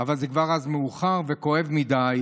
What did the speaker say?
אבל אז כבר מאוחר וכואב מדי,